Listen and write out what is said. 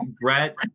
Brett